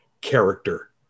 character